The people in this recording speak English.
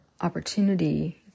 opportunity